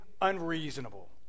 unreasonable